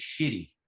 shitty